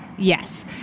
Yes